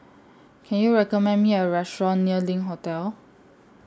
Can YOU recommend Me A Restaurant near LINK Hotel